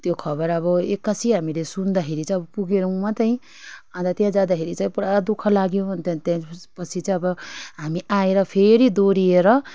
त्यो खबर अब एक्कासी हामीले सुन्दाखेरि चाहिँ पुग्यौँ मात्रै अन्त त्यहाँ जाँदाखेरि चाहिँ पुरा दुःख लाग्यो अन्त त्यस पछि चाहिँ अब हामी आएर फेरि दोहोरिएर